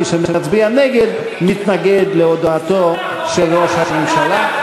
מי שמצביע נגד מתנגד להודעתו של ראש הממשלה.